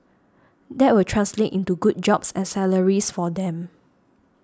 that will translate into good jobs and salaries for them